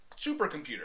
supercomputer